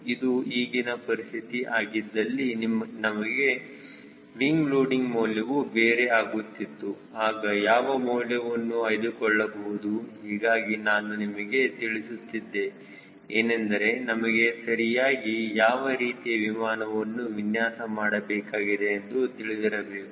ಇದು ಈಗಿನ ಪರಿಸ್ಥಿತಿ ಆಗಿದ್ದಲ್ಲಿ ನಮಗೆ ವಿಂಗ್ ಲೋಡಿಂಗ್ ಮೌಲ್ಯವು ಬೇರೆ ಆಗುತ್ತಿತ್ತು ಆಗ ಯಾವ ಮೌಲ್ಯವನ್ನು ಆಯ್ದುಕೊಳ್ಳಬಹುದು ಹೀಗಾಗಿ ನಾನು ನಿಮಗೆ ತಿಳಿಸುತ್ತಿದೆ ಏನೆಂದರೆ ನಮಗೆ ಸರಿಯಾಗಿ ಯಾವ ರೀತಿಯ ವಿಮಾನವನ್ನು ವಿನ್ಯಾಸ ಮಾಡಬೇಕಾಗಿದೆ ಎಂದು ತಿಳಿದಿರಬೇಕು